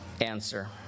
answer